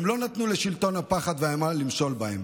הם לא נתנו לשלטון הפחד והאימה למשול בהם.